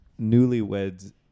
newlyweds